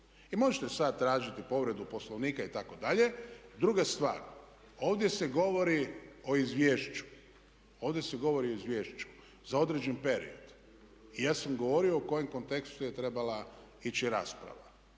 I možete sad tražiti povredu Poslovnika itd. Druga stvar, ovdje se govori o izvješću za određen period. I ja sam govorio u kojem kontekstu je trebala ići rasprava.